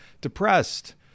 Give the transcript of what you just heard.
depressed